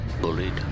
bullied